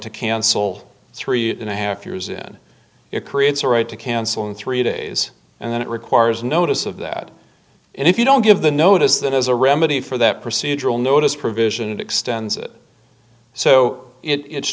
to cancel three and a half years in it creates a right to cancel and three days and then it requires notice of that and if you don't give the notice that as a remedy for that procedural notice provision it extends it so it